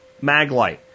MagLite